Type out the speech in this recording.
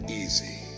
easy